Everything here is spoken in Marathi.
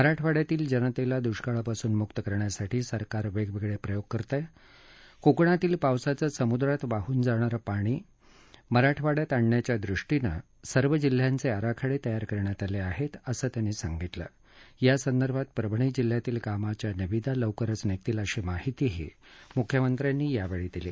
मराठवाङ्यातील जनतली दुष्काळापासून मुक्त करण्यासाठी सरकार वाकिकित्रियोग करत आहकोकणातील पावसाचं समुद्रात वाहून जाणारं पाणी जा मराठवाड्यात आणण्याच्या दृष्टीनं सर्व जिल्ह्यांच्छिराखडत्रियार करण्यात आलखिहत्तशसंही तस्किणालखिसंदर्भात परभणी जिल्ह्यातील कामाच्या निविदा लवकरच निघतील अशी माहिती मुख्यमंत्र्यांनी यावछी दिली